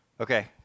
Okay